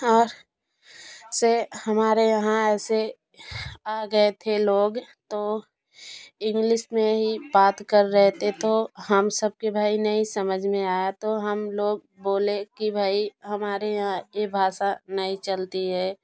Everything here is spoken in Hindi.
और से हमारे यहाँ ऐसे आ गए थे लोग तो इंग्लिस में ही बात कर रहे थे तो हम सबके भाई नहीं समझ में आया तो हम लोग बोले कि भाई हमारे यहाँ ये भाषा नहीं चलती है